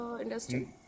industry